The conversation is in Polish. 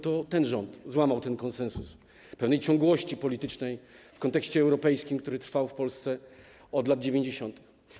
To ten rząd złamał ten konsensus, pewną ciągłość polityczną w kontekście europejskim, która trwała w Polsce od lat 90.